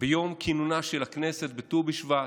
ביום כינונה של הכנסת בט"ו בשבט,